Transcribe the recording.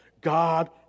God